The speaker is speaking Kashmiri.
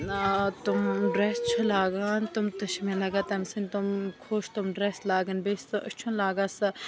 تم ڈرٛیس چھِ لاگان تٕم تہِ چھِ مےٚ لَگان تمۍ سٕنٛدۍ تم خۄش تم ڈرٛیس لاگٕنۍ بیٚیہِ سُہ أسۍ أچھِن لاگان سُہ